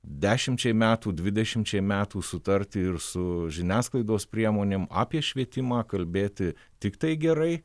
dešimčiai metų dvidešimčiai metų sutarti ir su žiniasklaidos priemonėm apie švietimą kalbėti tiktai gerai